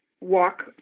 walk